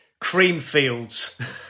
Creamfields